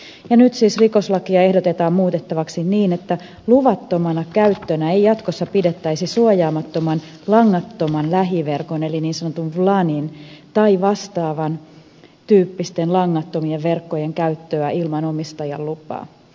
nyt siis rikoslakia ehdotetaan muutettavaksi niin että luvattomana käyttönä ei jatkossa pidettäisi suojaamattoman langattoman lähiverkon eli niin sanotun wlanin tai vastaavan tyyppisten langattomien verkkojen käyttöä ilman omistajan lupaa